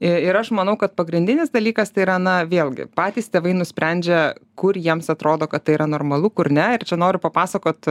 ir aš manau kad pagrindinis dalykas tai yra na vėlgi patys tėvai nusprendžia kur jiems atrodo kad tai yra normalu kur ne ir čia noriu papasakot